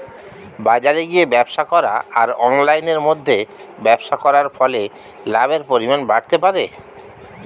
বাজারে গিয়ে ব্যবসা করা আর অনলাইনের মধ্যে ব্যবসা করার ফলে লাভের পরিমাণ বাড়তে পারে?